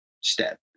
step